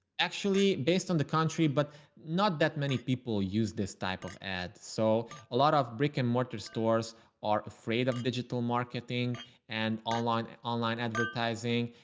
actually based on the country, but not that many people people use this type of ad. so a lot of brick and mortar stores are afraid of digital marketing and online online advertising.